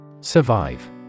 Survive